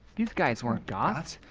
these guys weren't goths.